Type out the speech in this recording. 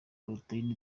poroteyine